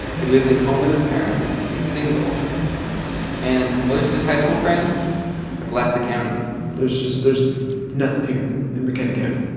he lives at home with his parents, he's single and most of his high school friends have left the county there's just there's nothing here in buchanan county.